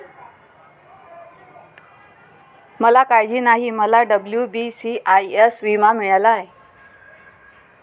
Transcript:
मला काळजी नाही, मला डब्ल्यू.बी.सी.आय.एस विमा मिळाला आहे